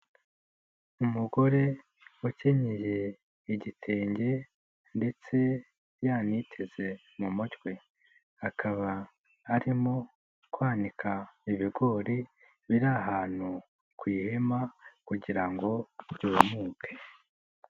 Umugore wakenyeye igitenge, ndetse yaniteze mu mutwe. Akaba arimo kwanika ibigori biri ahantu ku ihema, kugira ngo byumuke.